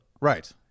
Right